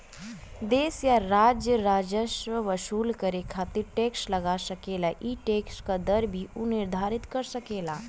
देश या राज्य राजस्व वसूल करे खातिर टैक्स लगा सकेला ई टैक्स क दर भी उ निर्धारित कर सकेला